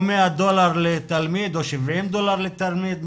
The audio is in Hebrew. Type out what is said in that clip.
או 100 דולר לתלמיד או 70 דולר לתלמיד,